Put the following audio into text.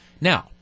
Now